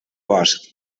bosc